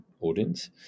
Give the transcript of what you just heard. audience